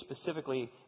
specifically